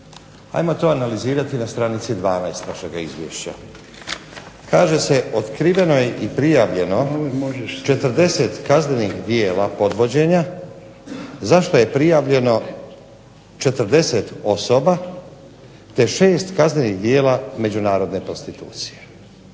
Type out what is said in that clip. Ajmo to analizirati na stranici 12. vašega izvješća. Kaže se otkriveno je i prijavljeno 40 kaznenih djela podvođenja, za što je prijavljeno 40 osoba, te 6 kaznenih djela međunarodne prostitucije.